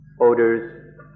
odors